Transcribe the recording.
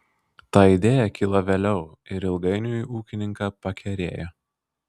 ta idėja kilo vėliau ir ilgainiui ūkininką pakerėjo